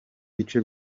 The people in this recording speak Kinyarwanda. bice